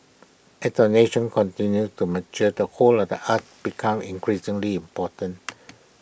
at our nation continues to mature the whole of the arts becomes increasingly important